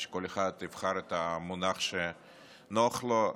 שכל אחד יבחר את המונח שנוח לו,